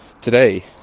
Today